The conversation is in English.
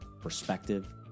perspective